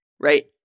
right